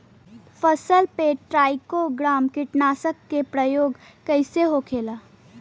फसल पे ट्राइको ग्राम कीटनाशक के प्रयोग कइसे होखेला?